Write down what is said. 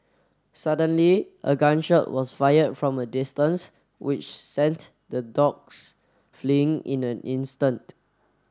suddenly a gun shot was fired from a distance which sent the dogs fleeing in an instant